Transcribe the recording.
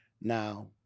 Now